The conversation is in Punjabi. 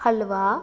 ਹਲਵਾ